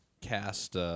cast